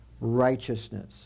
righteousness